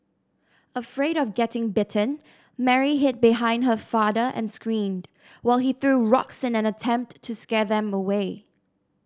afraid of getting bitten Mary hid behind her father and screamed while he threw rocks in an attempt to scare them away